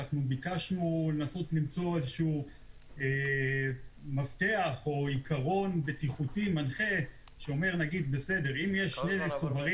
ביקשנו לנסות למצוא מפתח או עיקרון בטיחותי מנחה שלפיו אם יש שני צוברים